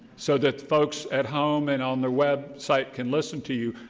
so that folks at home and on their website can listen to you,